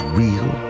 real